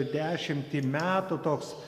dešimtį metų toks